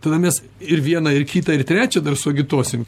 tada mes ir vieną ir kitą ir trečią dar suagituosim